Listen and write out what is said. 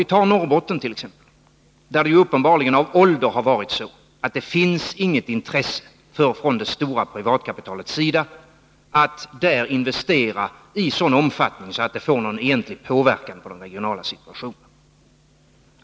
I Norrbotten har det uppenbarligen av ålder varit så, att det inte finns något intresse från det stora privatkapitalets sida att investera i sådan omfattning att det får någon egentlig påverkan på den regionala situationen.